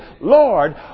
Lord